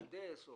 מהנדס,